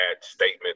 statement